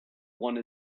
one